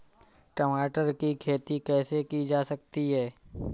टमाटर की खेती कैसे की जा सकती है?